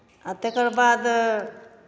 आ तकर बाद